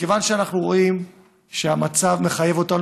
מכיוון שאנחנו רואים שהמצב מחייב אותנו